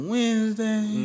Wednesday